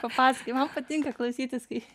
papasakojai man patinka klausytis kai